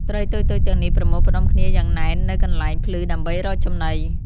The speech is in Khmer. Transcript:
ត្រីតូចៗទាំងនេះប្រមូលផ្តុំគ្នាយ៉ាងណែននៅកន្លែងភ្លឺដើម្បីរកចំណី។